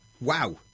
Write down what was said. Wow